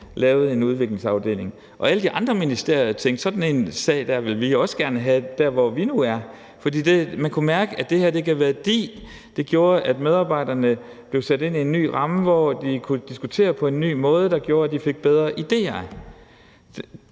lavede en udviklingsafdeling. Alle de andre ministerier tænkte, at sådan en sag dér ville de også gerne have der, hvor de nu var, for man kunne mærke, at det her gav værdi og gjorde, at medarbejderne blev sat ind i en ny ramme, hvor de kunne diskutere på en ny måde, hvilket gjorde, at de fik bedre idéer.